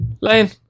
Lane